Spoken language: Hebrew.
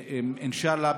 אינשאללה,